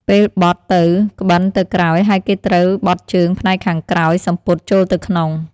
ពេលបត់ទៅក្បិនទៅក្រោយហើយគេត្រូវបត់ជើងផ្នែកខាងក្រោយសំពត់ចូលទៅក្នុង។